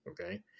Okay